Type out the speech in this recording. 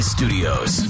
Studios